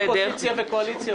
אבל אין קואליציה ואופוזיציה.